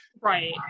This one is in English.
Right